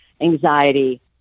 anxiety